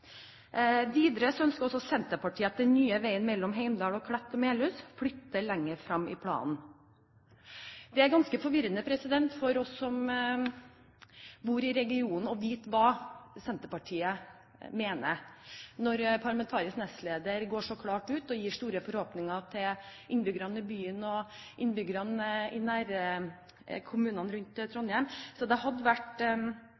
Videre ønsker Senterpartiet at den nye veien mellom Heimdal og Klett/Melhus flyttes lenger fram i planen. Det er ganske forvirrende for oss som bor i regionen, å vite hva Senterpartiet mener når dets parlamentariske nestleder går så klart ut og gir store forhåpninger til innbyggerne i byen og innbyggerne i nærkommunene rundt